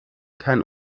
kein